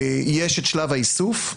יש את שלב האיסוף,